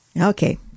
Okay